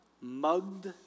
Mugged